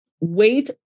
wait